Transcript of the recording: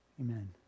Amen